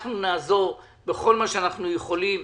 אנחנו נעזור בכל מה שאנחנו יכולים,